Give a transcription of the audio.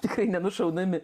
tikrai nenušaunami